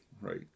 right